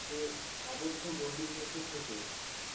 সে আবদ্ধ গণ্ডির মধ্যে থেকে